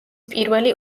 პირველი